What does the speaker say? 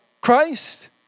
Christ